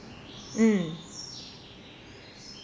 mm